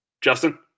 Justin